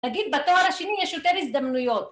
‫נגיד בתואר השני יש יותר הזדמנויות.